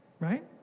right